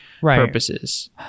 purposes